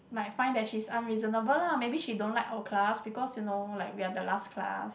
might find that she is unreasonable lah maybe she don't like our class because you know like we are the last class